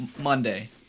Monday